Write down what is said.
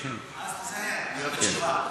תיזהר עם התשובה.